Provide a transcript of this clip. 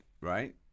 right